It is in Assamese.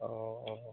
অঁ